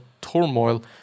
turmoil